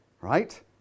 right